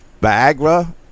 viagra